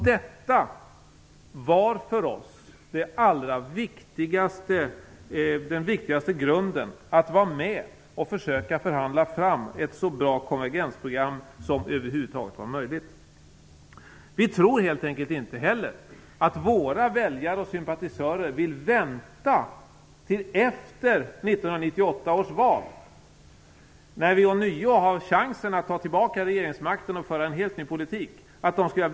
Detta var för oss den allra viktigaste grunden för att vara med och förhandla fram ett så bra konvergensprogram som över huvud taget var möjligt. Vi tror inte heller att våra väljare och sympatisörer vill vänta med att få ned räntan och arbetslösheten till efter 1998 års val, när vi ånyo har chansen att ta tillbaka regeringsmakten och föra en helt ny politik.